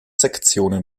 sektionen